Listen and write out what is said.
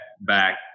back